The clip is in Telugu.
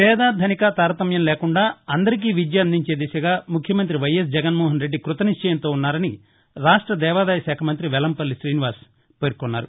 పేదధనిక తారతమ్యం లేకుండా అందరికీ విద్య అందించే దిశగా ముఖ్యమంతి వైఎస్ జగన్మోహన్ రెడ్డి కృతనిశ్చయంతో ఉన్నారని రాష్ట దేవాదాయ శాఖ మంతి వెల్లంపల్లి శ్రీనివాస్ పేర్కొన్నారు